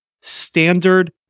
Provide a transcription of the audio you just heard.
standard